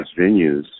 venues